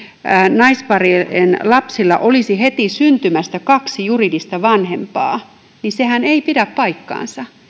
naisparien lapsilla olisi heti syntymästä kaksi juridista vanhempaa sehän ei pidä paikkaansa